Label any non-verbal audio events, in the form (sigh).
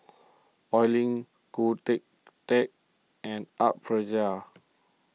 Oi Lin Khoo (unintelligible) Teik and Art Fazil